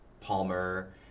Palmer